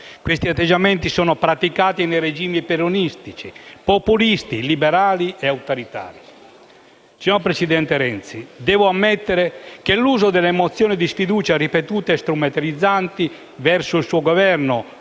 Questi atteggiamenti sono praticati nei regimi peronisti, populisti, illiberali, autoritari. Signor presidente Renzi, devo ammettere che l'uso delle mozioni di sfiducia ripetute e strumentalizzanti, verso il suo Governo